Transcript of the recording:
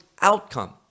outcome